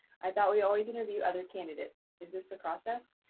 i thought we always interview other candidates. is this the process?